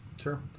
Sure